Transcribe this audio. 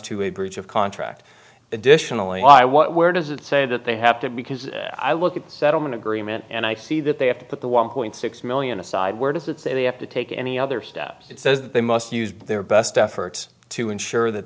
a breach of contract additionally i what where does it say that they have to because i look at the settlement agreement and i see that they have put the one point six million aside where does it say they have to take any other steps that says that they must use their best efforts to ensure that